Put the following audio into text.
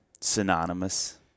synonymous